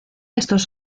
estos